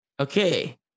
Okay